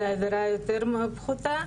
אלא עבירה יותר פחותה,